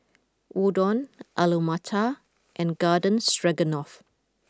Udon Alu Matar and Garden Stroganoff